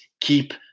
keep